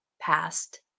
past